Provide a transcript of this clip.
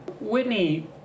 Whitney